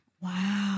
Wow